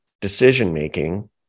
decision-making